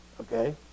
Okay